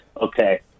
Okay